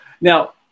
Now-